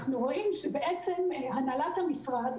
אנחנו רואים שהנהלת המשרד,